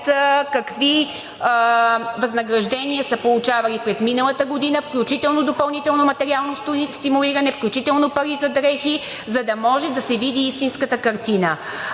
какви възнаграждения са получавали през миналата година, включително допълнително материално стимулиране, включително пари за дрехи, за да може да се види истинската картина.